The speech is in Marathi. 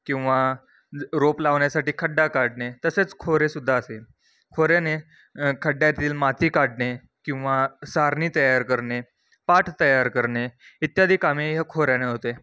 किंवा र रोप लावण्यासाठी खड्डा काढणे तसेच खोरेसुद्धा असेल खोऱ्याने खड्ड्यातील माती काढणे किंवा सारणी तयार करणे पाट तयार करणे इत्यादी कामे या खोऱ्याने होते